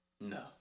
No